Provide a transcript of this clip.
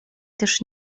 też